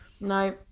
no